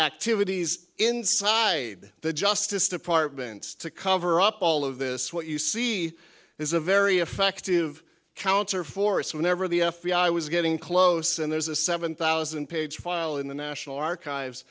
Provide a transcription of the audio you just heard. activities inside the justice department's to cover up all of this what you see is a very effective counter force whenever the f b i was getting close and there's a seven thousand page file in the national archives